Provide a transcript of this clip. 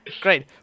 Great